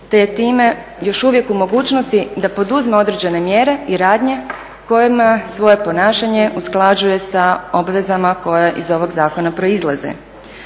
te je time još uvijek u mogućnosti da poduzme određene mjere i radnje kojima svoje ponašanje usklađuje sa obvezama koje iz ovog zakona proizlaze.